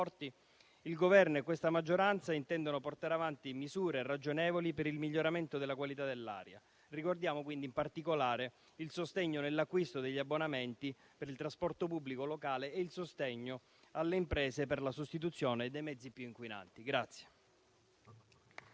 il Governo e questa maggioranza intendono portare avanti misure ragionevoli per il miglioramento della qualità dell'aria. Ricordiamo in particolare il sostegno nell'acquisto degli abbonamenti per il trasporto pubblico locale e il sostegno alle imprese per la sostituzione dei mezzi più inquinanti.